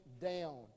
down